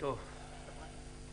בואו